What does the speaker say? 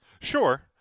Sure